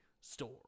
store